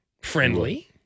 friendly